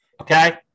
Okay